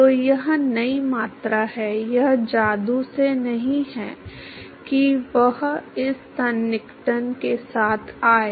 तो यह नई मात्रा है यह जादू से नहीं है कि वह इस सन्निकटन के साथ आए